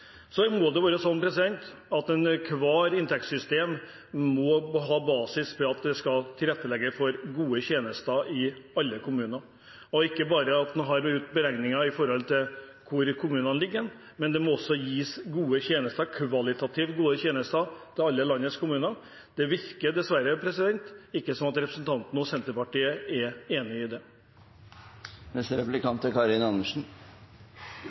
Det må være sånn at ethvert inntektssystem må ha som basis at det skal tilrettelegge for gode tjenester i alle kommuner. En kan ikke bare ha beregninger i forhold til hvor kommunene ligger – det må også gis kvalitativt gode tjenester i alle landets kommuner. Det virker dessverre ikke som at representanten og Senterpartiet er enig i det.